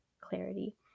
clarity